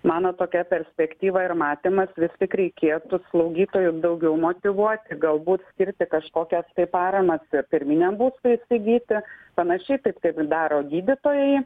mano tokia perspektyva ir matymas vis tik reikėtų slaugytojų daugiau motyvuoti galbūt skirti kažkokias tai paramas pirminiam būstui įsigyti panašiai taip kaip daro gydytojai